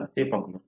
चला ते पाहू